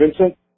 Vincent